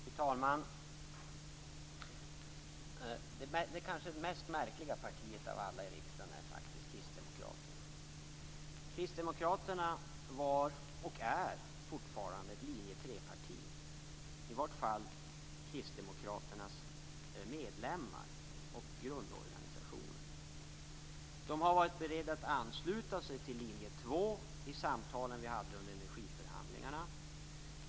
Fru talman! Det kanske märkligaste partiet av alla i riksdagen är faktiskt Kristdemokraterna. Kristdemokraterna var och är fortfarande ett linje 3-parti. I varje fall gäller det Kristdemokraternas medlemmar och grundorganisationer. Kristdemokraterna har varit beredda att ansluta sig till linje 2 i samtalen vi hade under energiförhandlingarna.